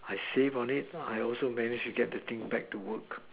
I save on it I also managed to get the thing back to work